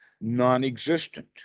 non-existent